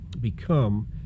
become